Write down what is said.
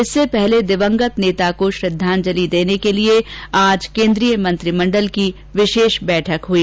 इससे पहले दिवंगत नेता को श्रद्धांजलि देने के लिए आज कोन्द्रीय मंत्रिमंडल की विशेष बैठक हुई